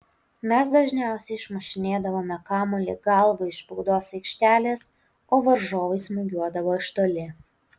mes dažniausiai išmušinėdavome kamuolį galva iš baudos aikštelės o varžovai smūgiuodavo iš toli